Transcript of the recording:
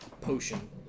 potion